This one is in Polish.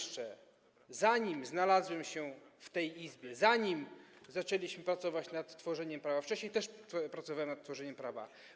Zanim znalazłem się w tej Izbie, zanim zaczęliśmy pracować nad tworzeniem prawa, wcześniej też pracowałem nad tworzeniem prawa.